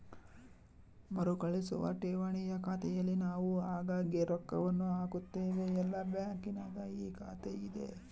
ಮರುಕಳಿಸುವ ಠೇವಣಿಯ ಖಾತೆಯಲ್ಲಿ ನಾವು ಆಗಾಗ್ಗೆ ರೊಕ್ಕವನ್ನು ಹಾಕುತ್ತೇವೆ, ಎಲ್ಲ ಬ್ಯಾಂಕಿನಗ ಈ ಖಾತೆಯಿದೆ